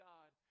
God